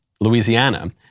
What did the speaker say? Louisiana